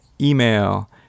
email